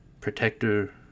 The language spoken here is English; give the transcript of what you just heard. Protector